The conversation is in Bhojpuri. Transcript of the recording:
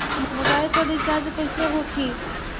मोबाइल पर रिचार्ज कैसे होखी?